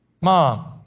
mom